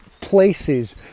places